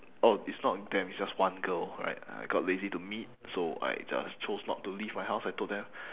oh it's not them is just one girl alright I got lazy to meet so I just chose not to leave my house I told them